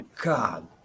God